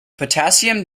potassium